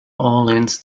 orleans